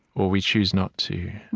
or we choose not to.